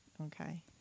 Okay